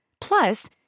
Plus